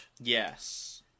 Yes